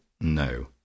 No